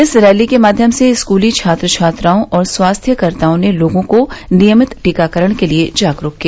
इस रैली के माध्यम से स्कूली छात्र छात्राओं और स्वास्थ्यकर्ताओं ने लोगों को नियमित टीकाकरण के लिए जागरूक किया